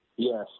Yes